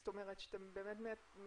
זאת אומרת שבאמת אתם